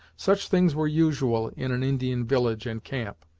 such things were usual in an indian village and camp,